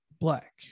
black